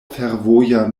fervoja